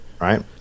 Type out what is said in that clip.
right